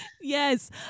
yes